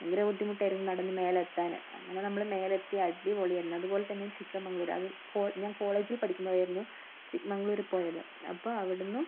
ഭയങ്കര ബുദ്ധിമുട്ടായിരുന്നു നടന്ന് മേലെ എത്താന് അങ്ങനെ നമ്മള് മേലെ എത്തി അടിപൊളിയായിരുന്നു അതുപോലെ ചിക്കമംഗ്ലൂര് അത് കോൾ ഞാൻ കോളേജിൽ പഠിക്കുമ്പോഴായിരുന്നു ചിക്കമംഗളൂര് പോയത് അപ്പ അവിടുന്ന്